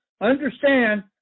understand